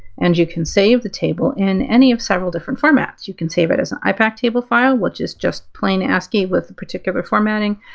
and you can save the table in any of several different formats. you can save it as an ipac table file which is just plain ascii with a particular formatting.